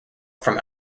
from